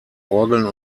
orgeln